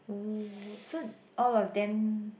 oh so all of them